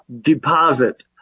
deposit